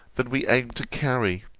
than we aim to carry.